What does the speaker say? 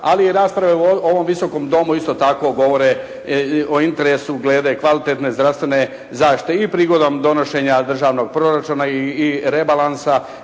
ali i rasprave u ovom Visokom domu isto tako govore o interesu glede kvalitetne zdravstvene zaštite, i prigodom donošenja državnog proračuna i rebalansa